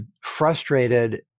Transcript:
frustrated